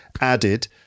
added